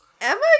Emma